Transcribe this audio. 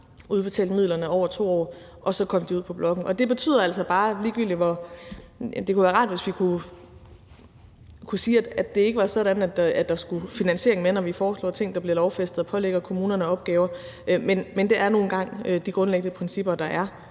udbetalte midlerne over 2 år, og så kom de ud på bloktilskuddet. Det kunne være rart, hvis vi kunne sige, at det ikke var sådan, at der skulle finansiering med, når vi foreslår ting, der bliver lovfæstet, og pålægger kommunerne opgaver. Men det er nu engang de grundlæggende principper, der er